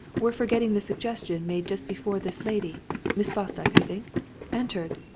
we're forgetting the suggestion made just before this lady miss fosdyke, i think entered.